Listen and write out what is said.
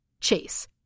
Chase